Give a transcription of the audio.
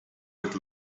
with